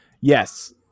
yes